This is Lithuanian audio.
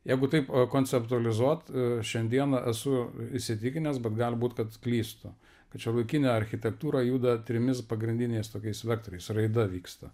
jeigu taip konceptualizuot šiandieną esu įsitikinęs bet gali būt kad klystu kad šiuolaikinė architektūra juda trimis pagrindiniais tokiais vektoriais raida vyksta